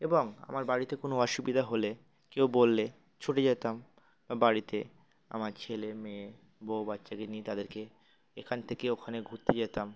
এবং আমার বাড়িতে কোনো অসুবিধা হলে কেউ বললে ছুটে যেতাম বা বাড়িতে আমার ছেলে মেয়ে বউ বাচ্চাকে নিয়ে তাদেরকে এখান থেকে ওখানে ঘুরতে যেতাম